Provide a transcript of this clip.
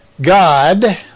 God